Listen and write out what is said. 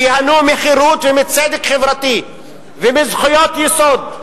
שייהנו מחירות ומצדק חברתי ומזכויות יסוד.